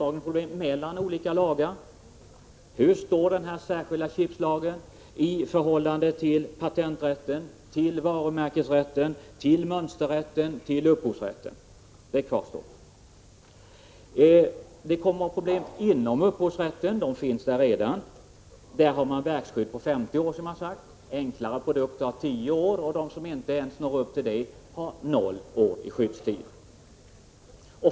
Man måste t.ex. fråga sig hur den särskilda chipslagen förhåller sig till patenträtten, varumärkesrätten, mönsterrätten och upphovsrätten. Det kommer också att uppstå problem inom upphovsrätten — sådana har man för övrigt redan nu. Där har man skydd för verk under 50 år. För enklare produkter gäller en skyddstid på 10 år, medan övriga produkter har 0 år i skyddstid.